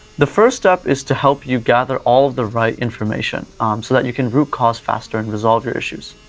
the first step is to help you gather all of the right information, so that you can root cause faster and resolve your issues.